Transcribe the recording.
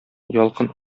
ялкын